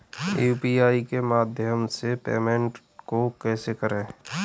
UPI के माध्यम से पेमेंट को कैसे करें?